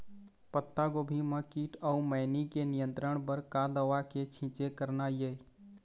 पत्तागोभी म कीट अऊ मैनी के नियंत्रण बर का दवा के छींचे करना ये?